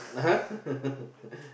!huh!